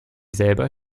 selber